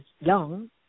young